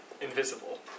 invisible